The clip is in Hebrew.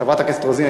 חברת הכנסת רוזין,